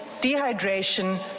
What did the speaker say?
dehydration